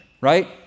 right